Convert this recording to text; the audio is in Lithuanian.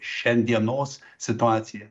šiandienos situaciją